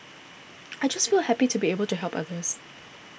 I just feel happy to be able to help others